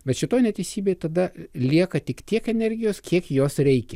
bet šitoj neteisybėj tada lieka tik tiek energijos kiek jos reikia